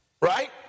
Right